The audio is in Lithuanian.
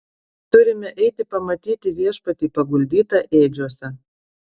turime eiti pamatyti viešpatį paguldytą ėdžiose